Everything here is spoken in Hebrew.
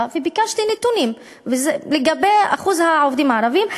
וביקשתי נתונים לגבי אחוז העובדים הערבים.